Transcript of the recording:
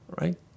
right